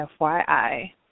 FYI